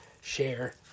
share